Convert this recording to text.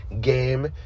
game